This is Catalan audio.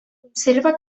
conserva